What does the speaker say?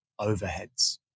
overheads